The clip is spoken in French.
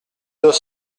deux